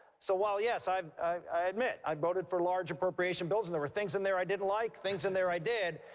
so while, yes, i um i admit i voted for large appropriation bills and there were things in there i didn't like, things in there i did,